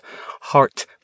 heart